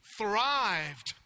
thrived